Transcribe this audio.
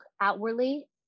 outwardly